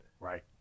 Right